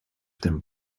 tym